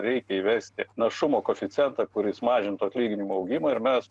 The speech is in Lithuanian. reikia įvesti našumo koeficientą kuris mažintų atlyginimų augimą ir mes